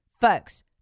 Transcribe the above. Folks